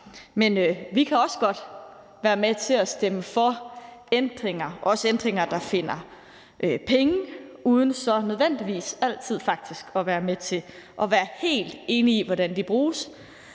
men vi kan også godt være med til at stemme for ændringer, også ændringer, der finder penge, uden så nødvendigvis altid faktisk at være helt enige i, hvordan de bruges.